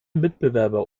mitbewerber